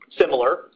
similar